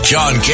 John